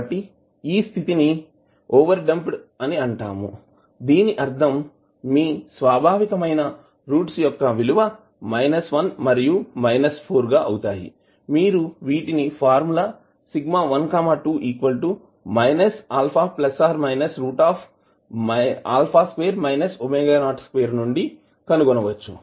కాబట్టి ఈ స్థితి ని ఓవర్డ్యాంప్డ్ అని అంటాం దీని అర్ధం మీ స్వాభావికమైన రూట్స్ యొక్క విలువ 1మరియు 4గాఅవుతాయిమీరు వీటిని ఫార్ములా నుండి కనుగొనవచ్చు